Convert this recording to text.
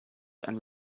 and